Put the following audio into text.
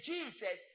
Jesus